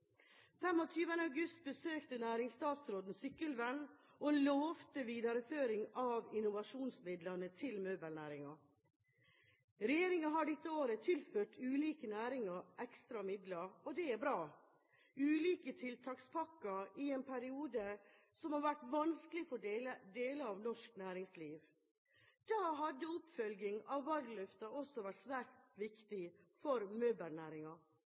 26. august besøkte næringsstatsråden Sykkylven og lovte videreføring av innovasjonsmidlene til møbelnæringen. Regjeringen har dette året tilført ulike næringer ekstra midler, og det er bra. Det er ulike tiltakspakker i en periode som har vært vanskelig for deler av norsk næringsliv. Da hadde oppfølging av valgløftene også vært svært viktig for